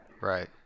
Right